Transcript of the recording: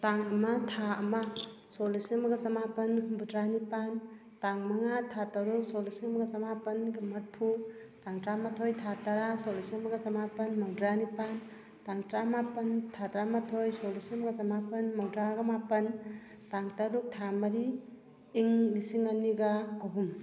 ꯇꯥꯡ ꯑꯃ ꯊꯥ ꯑꯃ ꯁꯣꯛ ꯂꯤꯁꯤꯡ ꯑꯃꯒ ꯆꯃꯥꯄꯜ ꯍꯨꯝꯐꯨꯇꯔꯥ ꯅꯤꯄꯥꯜ ꯇꯥꯡ ꯃꯉꯥ ꯊꯥ ꯇꯔꯨꯛ ꯁꯣꯛ ꯂꯤꯁꯤꯡ ꯑꯃꯒ ꯆꯃꯥꯄꯜꯒ ꯃꯔꯤꯐꯨ ꯇꯥꯡ ꯇꯔꯥꯃꯥꯊꯣꯏ ꯊꯥ ꯇꯔꯥ ꯁꯣꯛ ꯂꯤꯁꯤꯡ ꯑꯃꯒ ꯆꯃꯥꯄꯜ ꯃꯧꯗ꯭ꯔꯥꯅꯤꯄꯥꯜ ꯇꯥꯡ ꯇꯔꯥꯃꯥꯄꯜ ꯊꯥ ꯇꯔꯥꯃꯥꯊꯣꯏ ꯁꯣꯛ ꯂꯤꯁꯤꯡ ꯑꯃꯒ ꯆꯃꯥꯄꯜ ꯃꯧꯗ꯭ꯔꯥꯒ ꯃꯥꯄꯜ ꯇꯥꯡ ꯇꯔꯨꯛ ꯊꯥ ꯃꯔꯤ ꯏꯪ ꯂꯤꯁꯤꯡ ꯑꯅꯤꯒ ꯑꯍꯨꯝ